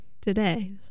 today